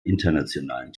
internationalen